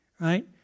right